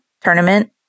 tournament